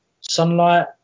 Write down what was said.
Sunlight